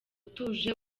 utuje